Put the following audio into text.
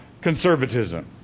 conservatism